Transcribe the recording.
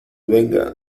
venga